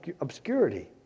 obscurity